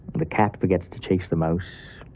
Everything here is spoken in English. the cat forgets to chase the mouse.